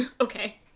Okay